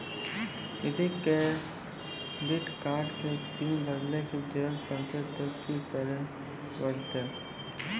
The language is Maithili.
यदि क्रेडिट कार्ड के पिन बदले के जरूरी परतै ते की करे परतै?